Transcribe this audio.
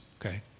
okay